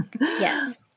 Yes